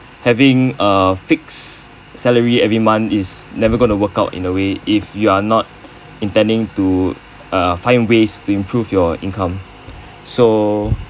having a fixed salary every month is never gonna work out in a way if you're not intending to uh find ways to improve your income so